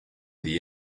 the